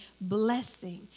blessing